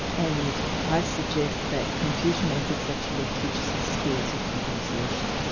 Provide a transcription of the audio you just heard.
and i suggest that confucian ethics actually teaches us skills of negotiation.